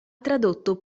tradotto